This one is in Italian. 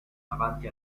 davanti